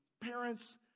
Parents